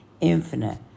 infinite